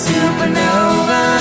Supernova